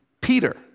Peter